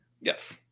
Yes